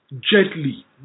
Gently